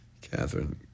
Catherine